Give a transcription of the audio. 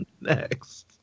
next